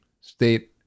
state